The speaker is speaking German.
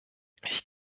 ich